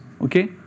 Okay